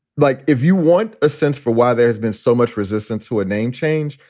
like if you want a sense for why there has been so much resistance to a name change.